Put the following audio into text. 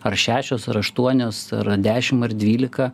ar šešios ar aštuonios ar dešimt ar dvylika